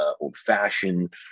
old-fashioned